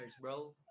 bro